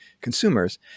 consumers